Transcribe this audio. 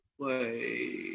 play